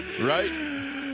right